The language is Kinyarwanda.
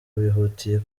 bihutiye